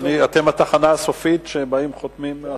אדוני, אתם התחנה הסופית שבאים וחותמים.